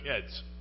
kids